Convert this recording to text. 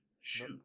Shoot